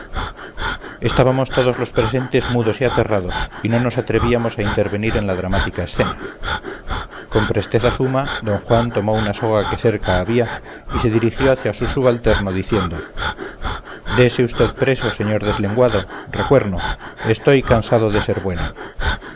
estábamos todos los presentes mudos y aterrados y no nos atrevíamos a intervenir en la dramática escena con presteza suma d juan tomó una soga que cerca había y se dirigió hacia su subalterno diciendo dese usted preso señor deslenguado recuerno estoy cansado de ser bueno